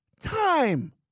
time